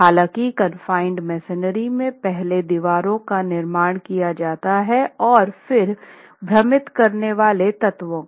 हालांकि confined masonry में पहले दीवारों का निर्माण किया जाता है और फिर भ्रमित करने वाले तत्वों का